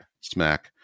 smack